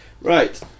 right